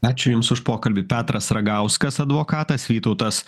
ačiū jums už pokalbį petras ragauskas advokatas vytautas